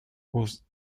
was